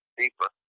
deeper